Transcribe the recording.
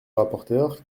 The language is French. rapporteur